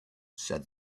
said